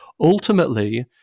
Ultimately